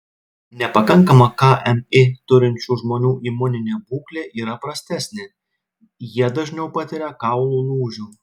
nepakankamą kmi turinčių žmonių imuninė būklė yra prastesnė jie dažniau patiria kaulų lūžių